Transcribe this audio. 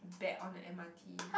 bad on the m_r_t